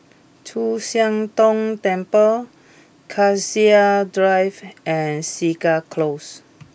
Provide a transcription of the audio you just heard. Chu Siang Tong Temple Cassia Drive and Segar Close